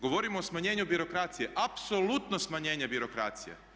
Govorimo o smanjenju birokracije, apsolutno smanjenje birokracije.